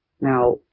Now